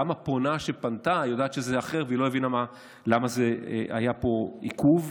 גם הפונה שפנתה יודעת שזה אחרת והיא לא הבינה למה היה פה עיכוב.